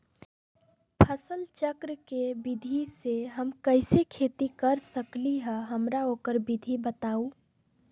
फसल चक्र के विधि से हम कैसे खेती कर सकलि ह हमरा ओकर विधि बताउ?